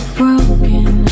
broken